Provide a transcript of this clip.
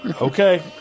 Okay